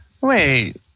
Wait